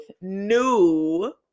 new